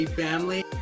family